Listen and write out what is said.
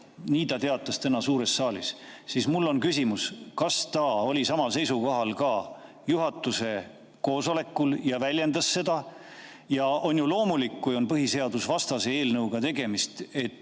nii ta teatas täna suures saalis –, siis mul on küsimus, kas ta oli samal seisukohal ka juhatuse koosolekul ja väljendas seda. On ju loomulik, et kui tegemist on põhiseadusvastase eelnõuga, siis see